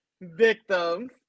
victims